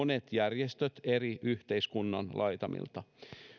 monet järjestöt yhteiskunnan eri laitamilta